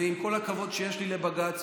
עם כל הכבוד שיש לי לבג"ץ,